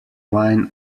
wine